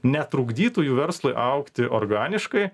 netrukdytų jų verslui augti organiškai